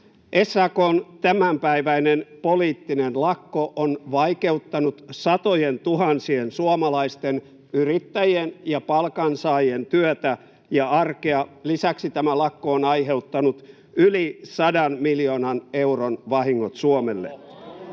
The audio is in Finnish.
SAK:n tämänpäiväinen poliittinen lakko on vaikeuttanut satojentuhansien suomalaisten yrittäjien ja palkansaajien työtä ja arkea. Lisäksi tämä lakko on aiheuttanut yli sadan miljoonan euron vahingot Suomelle.